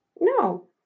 no